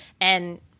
And-